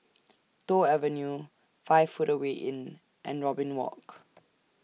Toh Avenue five Footway Inn and Robin Walk